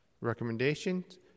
recommendations